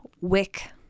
wick